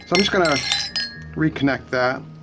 so i'm just gonna reconnect that,